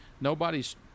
Nobody's